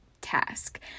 task